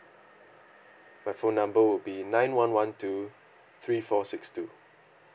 my phone number would be nine one one two three four six two